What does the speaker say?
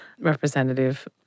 representative